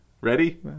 Ready